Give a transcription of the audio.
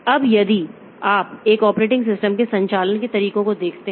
अब यदि आप एक ऑपरेटिंग सिस्टम के संचालन के तरीकों को देखते हैं